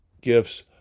gifts